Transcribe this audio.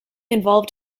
involved